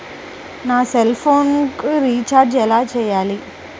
నా సెల్ఫోన్కు రీచార్జ్ ఎలా చేయాలి?